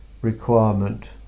requirement